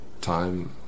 time